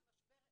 יש משבר אמון,